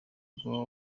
guha